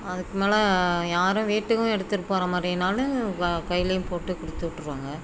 அதுக்கும் மேலே யாரும் வீட்டுக்கும் எடுத்துட்டு போகிற மாதிரின்னாலும் க கையிலையும் போட்டு குடுத்துவிட்ருவோம்ங்க